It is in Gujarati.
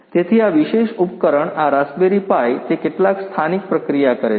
તેથી આ વિશેષ ઉપકરણ આ રાસબેરિ પાઇ તે કેટલાક સ્થાનિક પ્રક્રિયા કરે છે